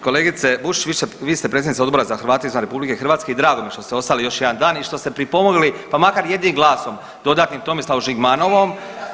Kolegice Bušić vi ste predsjednica Odbora za Hrvate izvan Republike Hrvatske i drago mi je što ste ostali još jedan dan i što ste pripomogli pa makar jednim glasom dodatnim Tomislavu Žigmanovu.